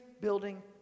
building